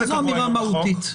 זו אמירה מהותית.